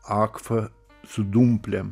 akvą su dumplėm